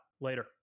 Later